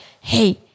hey